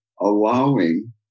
allowing